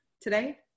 today